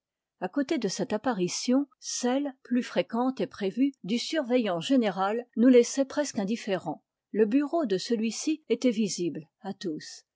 a côté de cette apparition celle plus fréquente et prévue du surveillant général nous laissait presque indifférents le bureau de celui-ci était visible à tous